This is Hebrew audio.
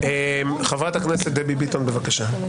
חברת הכנסת דבי ביטון, בבקשה.